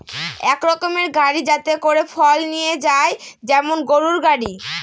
এক রকমের গাড়ি যাতে করে ফল নিয়ে যায় যেমন গরুর গাড়ি